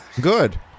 good